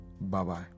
Bye-bye